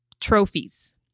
trophies